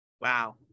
Wow